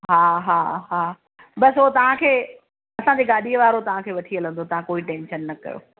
हा हा हा बसि उहो तव्हांखे असांजे गाॾीअ वारो तव्हांखे वठी हलंदो कोई टेंशन न कयो